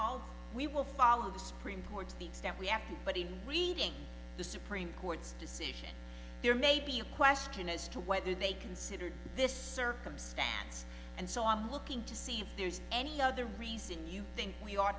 i'll we will follow the supreme court's the extent we have but in reading the supreme court's decision there may be a question as to whether they considered this circumstance and so i'm looking to see if there's any other reason you think we